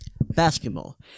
basketball